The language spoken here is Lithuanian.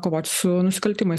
kovot su nusikaltimais